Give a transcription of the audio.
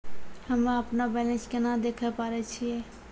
हम्मे अपनो बैलेंस केना देखे पारे छियै?